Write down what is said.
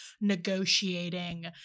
negotiating